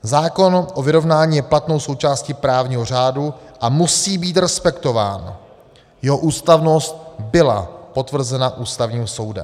Zákon o vyrovnání je platnou součástí právního řádu a musí být respektován, jeho ústavnost byla potvrzena Ústavním soudem.